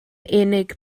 unig